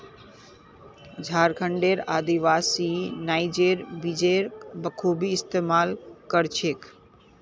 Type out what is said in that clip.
झारखंडेर आदिवासी नाइजर बीजेर बखूबी इस्तमाल कर छेक